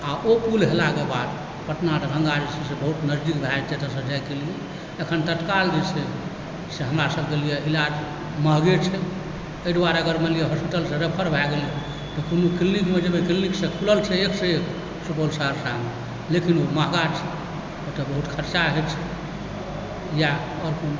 आओर ओ पूल भेलाक बाद पटना दरभङ्गा जे छै से बहुत नजदीक भए जेतैक एतयसँ जाइके लेल एखन तत्काल जे छै से हमरा सभके लेल इलाज महगे छै एहि दुआरे अगर मानि लिअ हॉस्पिटलसँ रेफर भऽ गेलै तऽ कोनो क्लिनिकमे जेबै क्लिनिक सब खुजल छै एकसँ एक सुपौल सहरसामे लेकिन ओ महगा छै एतय बहुत खरचा होइत छै इएह आओर कोन